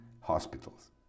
hospitals